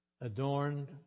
adorned